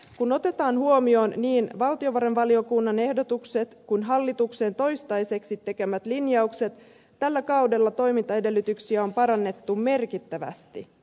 kun otetaan huomioon niin valtiovarainvaliokunnan ehdotukset kuin hallituksen toistaiseksi tekemät linjaukset tällä kaudella toimintaedellytyksiä on parannettu merkittävästi